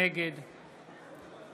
נגד